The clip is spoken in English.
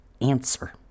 answer